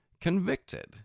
convicted